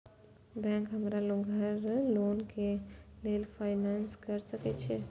Bank हमरा घर loan के लेल फाईनांस कर सके छे?